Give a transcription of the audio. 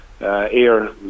air